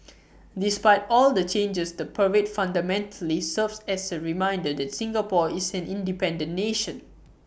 despite all the changes the parade fundamentally serves as A reminder that Singapore is an independent nation